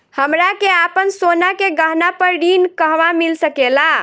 हमरा के आपन सोना के गहना पर ऋण कहवा मिल सकेला?